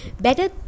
better